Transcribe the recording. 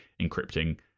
encrypting